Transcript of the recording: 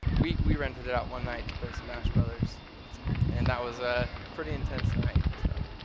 we we rented it out one night to play smash brothers and that was a pretty intense night. so